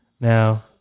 Now